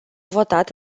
votat